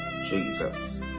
Jesus